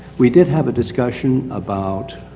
we did have a discussion about,